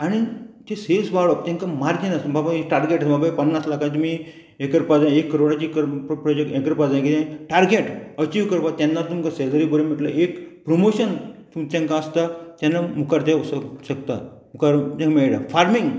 आनी तें सेल्स वाडोवप तेंका मार्जीन आसा बाबा एक टार्गेट आसा पन्नास लाखाची तुमी हें करपा जाय एक करोडाची प्रोजेक्ट हें करपा जाय किदें टारगेट अचीव करपाक तेन्ना तुमकां सॅलरी बरें मेळटलें एक प्रोमोशन तुमचें आसता तेन्ना मुखार तें शक शकता मुखार मेळटा फार्मींग